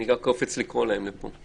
אני רק קופץ לקרוא להם לפה...